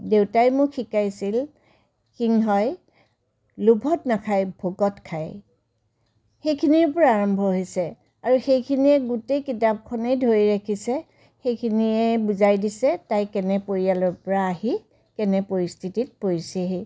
দেউতাই মোক শিকাইছিল সিংহই লোভত নাখায় ভোকত খায় সেইখিনিৰ পৰা আৰম্ভ হৈছে আৰু সেইখিনিয়ে গোটেই কিতাপখনেই ধৰি ৰাখিছে সেইখিনিয়ে বুজাই দিছে তাই কেনে পৰিয়ালৰ পৰা আহি কেনে পৰিস্থিতিত পৰিছেহি